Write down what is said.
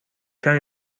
کمی